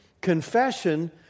confession